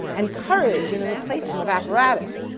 and courage in the replacement of apparatus.